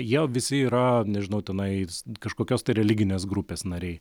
jie visi yra nežinau tenais kažkokios tai religinės grupės nariai